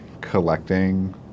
collecting